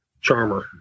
charmer